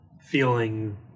feeling